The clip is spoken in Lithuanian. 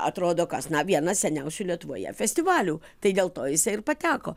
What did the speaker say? atrodo kas na vienas seniausių lietuvoje festivalių tai dėl to jisai ir pateko